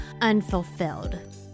unfulfilled